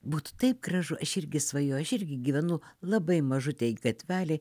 būtų taip gražu aš irgi svajoju aš irgi gyvenu labai mažutėj gatvelėj